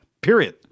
period